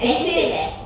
edusave eh